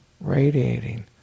radiating